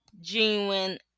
genuine